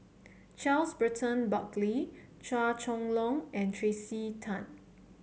Charles Burton Buckley Chua Chong Long and Tracey Tan